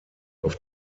auf